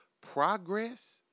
progress